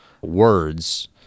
words